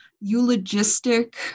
eulogistic